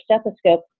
stethoscope